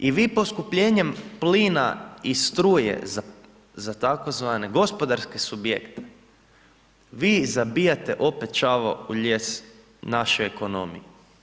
I vi poskupljenjem plina i struje za tzv. gospodarske subjekte, vi zabijate opet čavao u lijes naše ekonomije.